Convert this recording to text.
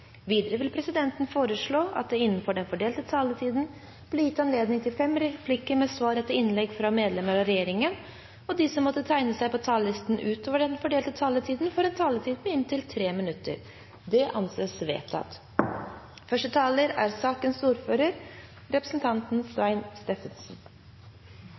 Videre vil presidenten foreslå at det blir gitt anledning til fem replikker med svar etter innlegg fra medlemmer av regjeringen innenfor den fordelte taletid, og at de som måtte tegne seg på talerlisten utover den fordelte taletid, får en taletid på inntil 3 minutter. – Det anses vedtatt. Køyring i ruspåverka tilstand er